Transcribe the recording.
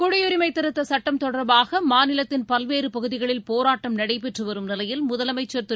குடியுரிமை திருத்தச் சுட்டம் தொடர்பாக மாநிலத்தின் பல்வேறு பகுதிகளில் போராட்டம் நடைபெற்று வரும் நிலையில் முதலமைச்சர் திரு